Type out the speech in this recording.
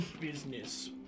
business